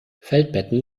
feldbetten